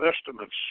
estimates